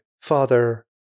Father